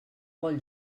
vol